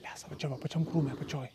lesa va čia va pačiam krūme apačioj